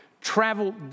travel